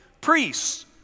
priests